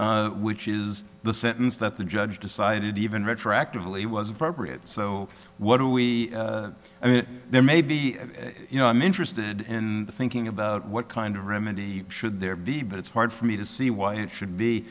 which is the sentence that the judge decided even retroactively was appropriate so what do we i mean there may be you know i'm interested in thinking about what kind of remedy should there be but it's hard for me to see why it should be